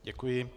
Děkuji.